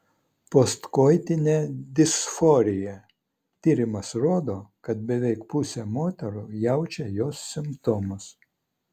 postkoitinė disforija tyrimas rodo kad beveik pusė moterų jaučia jos simptomus